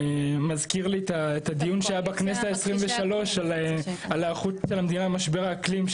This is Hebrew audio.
מזכיר לי דיון שהיה בכנסת ה- 23 על ההיערכות של המדינה על משבר האקלים,